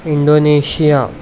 Indonesia